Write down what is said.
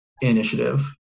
initiative